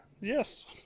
Yes